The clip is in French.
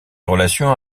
relations